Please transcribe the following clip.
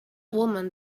woman